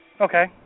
Okay